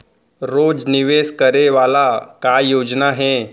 रोज निवेश करे वाला का योजना हे?